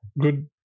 Good